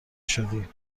شدی